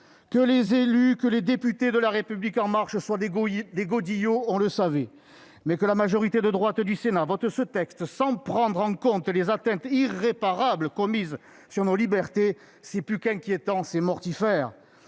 à redire. Que les députés de La République En Marche soient des godillots, on le savait, mais que la majorité de droite du Sénat vote ce texte, sans prendre en compte les atteintes irréparables à nos libertés, c'est plus qu'inquiétant, c'est mortifère.